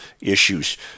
issues